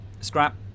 Scrap